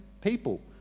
people